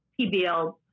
PBL